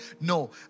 No